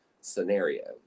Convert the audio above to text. scenario